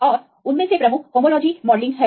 और उनमें से प्रमुख होमोलॉजी मॉडलिंग है